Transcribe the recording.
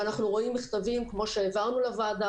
אנחנו רואים כגון אלה שהעברנו לוועדה